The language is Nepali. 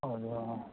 हजुर